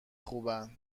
خوبن